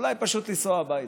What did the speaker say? ואולי פשוט לנסוע הביתה.